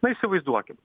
na įsivaizduokim